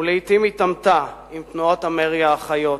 ולעתים התעמתה עם תנועות המרי האחיות,